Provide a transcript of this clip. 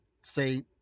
say